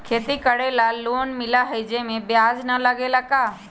खेती करे ला लोन मिलहई जे में ब्याज न लगेला का?